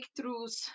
breakthroughs